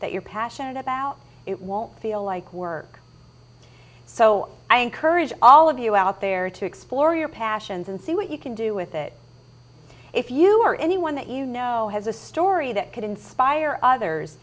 that you're passionate about it won't feel like work so i encourage all of you out there to explore your passions and see what you can do with it if you or anyone that you know has a story that could inspire others